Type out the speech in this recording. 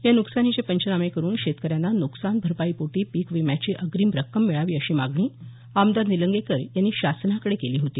या न्कसानीचे पंचनामे करून शेतकऱ्यांना न्कसानभरपाई पोटी पिकविम्याची अग्रीम रक्कम मिळावी अशी मागणी आमदार निलंगेकर यांनी शासनाकडे केली होती